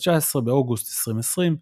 ב-19 באוגוסט 2020,